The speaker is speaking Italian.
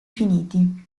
finiti